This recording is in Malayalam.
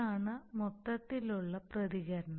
ഇതാണ് മൊത്തത്തിലുള്ള പ്രതികരണം